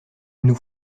nous